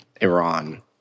Iran